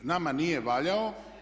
Nama nije valjao.